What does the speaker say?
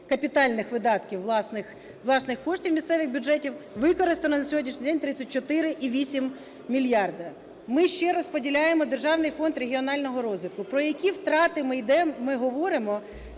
капітальних видатків власних... власних коштів місцевих бюджетів, використано на сьогоднішній день 34,8 мільярда. Ми ще розподіляємо Державний фонд регіонального розвитку. Про які втрати ми говоримо,